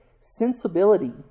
sensibility